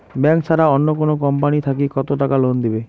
Bank ছাড়া অন্য কোনো কোম্পানি থাকি কত টাকা লোন দিবে?